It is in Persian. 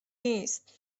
نیست